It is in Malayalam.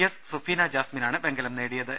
എസ് സുഫീന ജാസ്മിനാണ് വെങ്കലം നേടിയത്